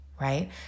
right